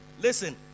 listen